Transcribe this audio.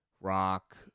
rock